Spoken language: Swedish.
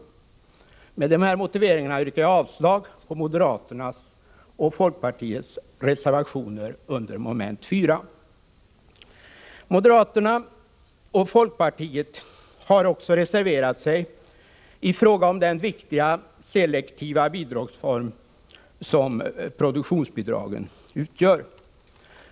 Med dessa motiveringar yrkar jag avslag på moderaternas och folkpartiets reservationer under mom. 4. Moderaterna och folkpartiet har också reserverat sig i fråga om den viktiga selektiva bidragsform som produktionsbidraget utgör.